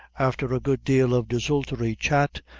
after a good deal of desultory chat,